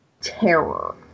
terror